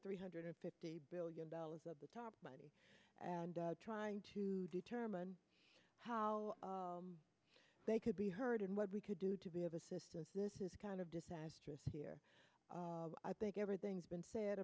three hundred fifty billion dollars of the tarp money and trying to determine how they could be heard and what we could do to be of assistance this is kind of disastrous here i think everything's been said